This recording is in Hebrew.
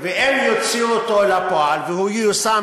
ואם יוציאו אותו אל הפועל והוא ייושם,